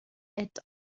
est